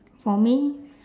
for me